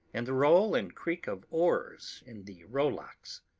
and the roll and creak of oars in the rowlocks.